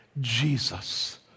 Jesus